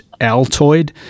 Altoid